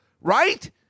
Right